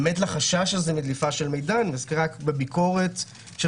באמת החשש הזה מדליפה של מידע אני אזכיר שבביקורת של